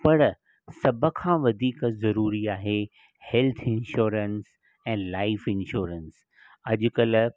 पर सभु खां वधीक ज़रूरी आहे हेल्थ इंशोरंस ऐं लाइफ इंशोरंस अॼुकल्ह